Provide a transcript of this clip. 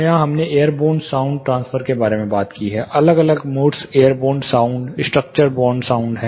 यहां हमने airborne sound transfer के बारे में बात की है अलग अलग modes airborne sound structure borne sound हैं